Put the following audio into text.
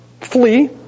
flee